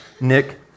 Nick